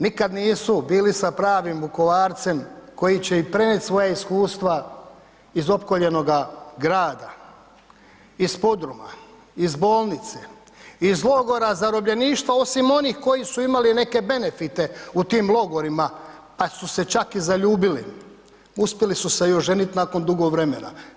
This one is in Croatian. Nikad nisu bili sa pravim Vukovarcem koji će im prenijeti svoja iskustva iz opkoljenoga grada, iz podruma, iz bolnice, iz logora zarobljeništva osim onih koji su imali neke benefite u tim logorima pa su se čak i zaljubili, uspjeli su se i oženiti nakon dugo vremena.